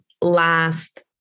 last